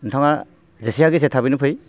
नोंथाङा जेसे हायो एसे थाबैनो फै